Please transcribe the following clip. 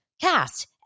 cast